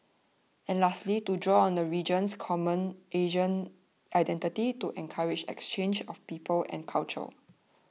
and lastly to draw on the region's common Asian identity to encourage exchanges of people and culture